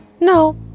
No